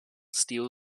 steel